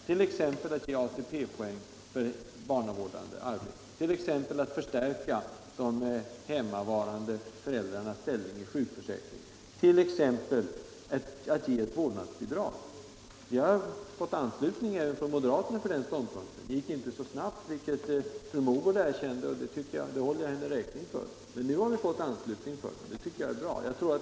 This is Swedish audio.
Vi har föreslagit ATP-poäng för barnavårdande arbete, att man skall förstärka de hemarbetande föräldrarnas ställning i sjukförsäkringen, att man skall ge vårdnadsbidrag. Vi har fått anslutning även från moderaterna för våra förslag. Det gick inte så snabbt — fru Mogård har erkänt det och det håller jag henne räkning för — men nu har vi fått moderaterna med oss. Det tycker jag är bra.